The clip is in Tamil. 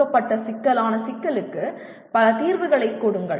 கொடுக்கப்பட்ட சிக்கலான சிக்கலுக்கு பல தீர்வுகளை கொடுங்கள்